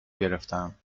گرفتهام